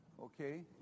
Okay